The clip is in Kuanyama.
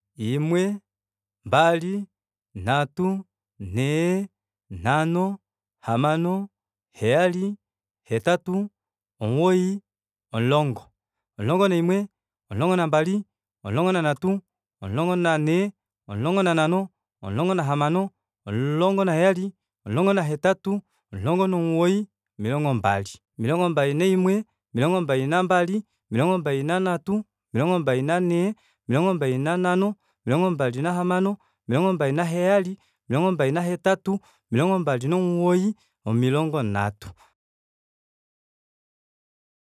Imwe mbali nhatu nhee nhano hamano heyali hetatu omugoyi omulongo omulongo naimwe omulongo nambali omulongo nanhatu omulongo nanhee omulongo nanhano omulongo nahamano omulongo naheyali omulongo nahetatu omulongo nomugoyi omilongo mbali omilongo mbali naimwe omilongo mbali nambali omilongo mbali nanhatu omilongo mbali nanhee omilongo mbali nanhano omilongo mbali nahamano omilongo mbali naheyali omilongo mbali nahetatu omilongo mbal nomugoyi omilongo nhatu